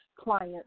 clients